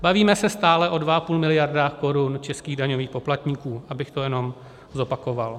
Bavíme se stále o 2,5 miliardy korun českých daňových poplatníků, abych to jenom zopakoval.